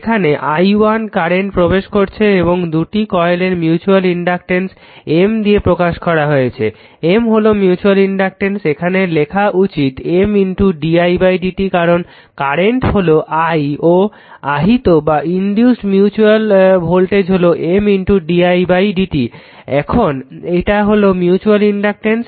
এখানে i1 current প্রবেশ করছে এবং দুটি কয়েলের মিউচুয়াল ইনডাকটেন্স M দিয়ে প্রকাশ করা হয়েছে M হলো মিউচুয়াল ইনডাকটেন্স এখানে লেখা উচিত M d i1 dt কারণ কারেন্ট হলো i1 ও আহিত মিউচুয়াল ভোল্টেজ হলো M d i1 dt এটা হলো মিউচুয়াল ইনডাকটেন্স